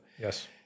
Yes